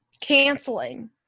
canceling